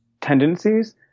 tendencies